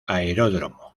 aeródromo